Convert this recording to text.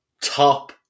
top